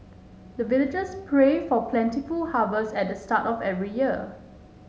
the villagers pray for plentiful harvest at the start of every year